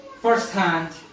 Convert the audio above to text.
firsthand